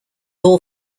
all